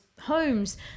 homes